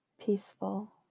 Peaceful